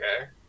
Okay